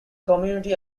community